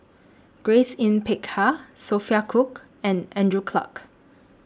Grace Yin Peck Ha Sophia Cooke and Andrew Clarke